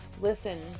Listen